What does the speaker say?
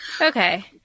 Okay